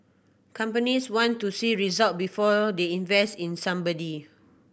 companies want to see result before they invest in somebody